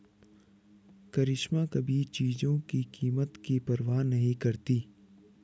करिश्मा कभी चीजों की कीमत की परवाह नहीं करती